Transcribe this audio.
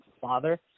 father